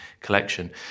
collection